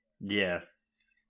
Yes